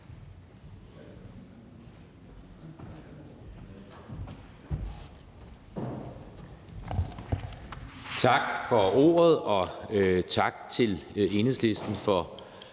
Tak for ordet, og tak til Enhedslisten for